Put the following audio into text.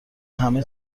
همه